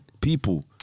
people